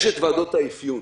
יש את ועדות האפיון.